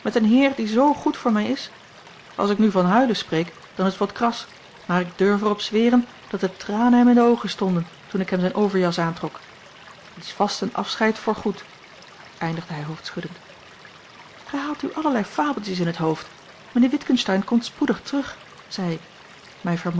een heer die z goed voor mij is als ik nu van huilen spreek dan is het wat kras maar ik durf er op zweren dat de tranen hem in de oogen stonden toen ik hem zijn overjas aantrok het is vast een afscheid voorgoed eindigde hij hoofdschuddend gij haalt u allerlei fabeltjes in het hoofd mijnheer witgensteyn komt spoedig terug zei ik mij